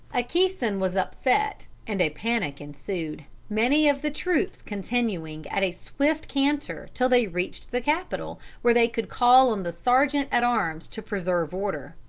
a caisson was upset, and a panic ensued, many of the troops continuing at a swift canter till they reached the capitol, where they could call on the sergeant-at-arms to preserve order.